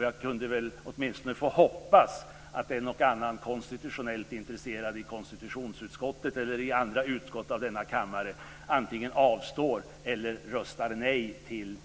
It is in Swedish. Jag kunde åtminstone få hoppas att en och annan konstitutionellt intresserad i konstitutionsutskott eller i andra utskott av denna kammare antingen avstår eller röstar nej till